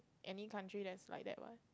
any country that's like that